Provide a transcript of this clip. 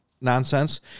nonsense